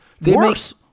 Worse